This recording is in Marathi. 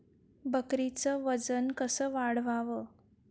बकरीचं वजन कस वाढवाव?